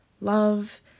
love